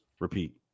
repeat